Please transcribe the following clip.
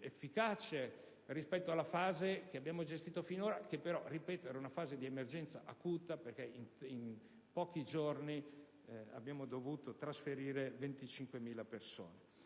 efficace rispetto alla fase che abbiamo gestito finora, che però, lo ripeto, era di emergenza acuta, perché in pochi giorni abbiamo dovuto trasferire 25.000 persone.